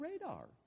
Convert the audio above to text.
radar